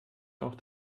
auch